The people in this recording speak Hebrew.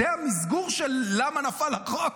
זה המסגור של למה נפל החוק?